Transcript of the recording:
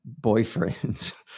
boyfriends